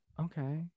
Okay